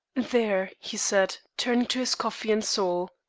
there, he said, turning to his coffee and sole.